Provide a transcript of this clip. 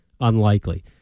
unlikely